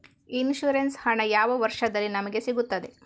Insurance ಹಣ ಯಾವ ವರ್ಷದಲ್ಲಿ ನಮಗೆ ಸಿಗುತ್ತದೆ?